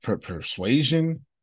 Persuasion